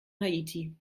haiti